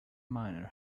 miner